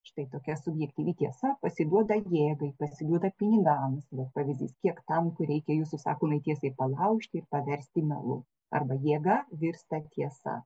štai tokia subjektyvi tiesa pasiduoda jėgai pasiduoda pinigams va pavyzdys kiek tankų reikia jūsų sakomai tiesai palaužti ir paversti melu arba jėga virsta tiesa